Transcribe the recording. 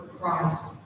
Christ